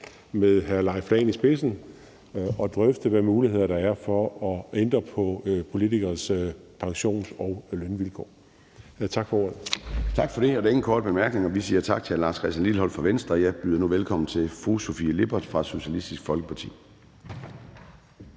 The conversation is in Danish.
er taget initiativ til at drøfte, hvilke muligheder der er for at ændre på politikernes pensions- og lønvilkår. Tak for ordet. Kl. 10:02 Formanden (Søren Gade): Tak for det, og der er ingen korte bemærkninger. Vi siger tak til hr. Lars Christian Lilleholt fra Venstre. Jeg byder nu velkommen til fru Sofie Lippert fra Socialistisk Folkeparti.